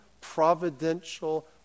providential